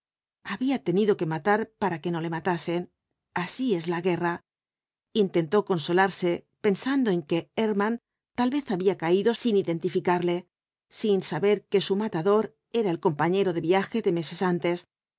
había tenido que matar para que no le matasen así es la guerra intentó consolarse pensando que erckmann tal vez había caído sin identificarle sin saber que su matador era el compañero de viaje de meses antes